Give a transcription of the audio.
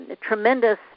tremendous